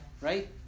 right